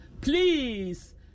Please